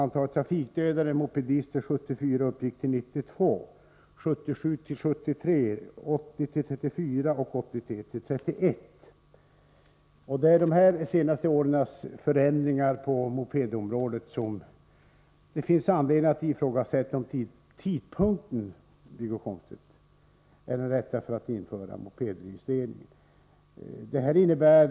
Antalet trafikdödade mopedister var 92 stycken 1974, 73 stycken 1977, 34 stycken 1980 och 31 stycken 1983. Med tanke på de förändringar som skett under de senaste åren på mopedområdet finns det anledning att ifrågasätta om tidpunkten, Wiggo Komstedt, är den rätta när det gäller att införa registrering av mopeder.